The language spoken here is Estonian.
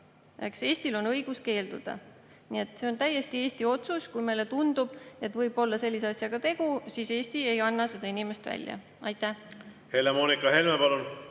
Eestil on õigus keelduda. Nii et see on täiesti Eesti otsus. Kui meile tundub, et võib olla sellise asjaga tegu, siis Eesti ei anna seda inimest välja. Aitäh! Kõigepealt ma tahan